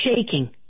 shaking